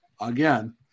again